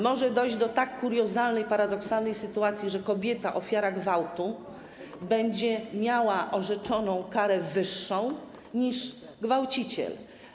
Może dojść do tak kuriozalnej, paradoksalnej sytuacji, że kobieta, ofiara gwałtu, będzie miała orzeczoną karę wyższą niż gwałciciel.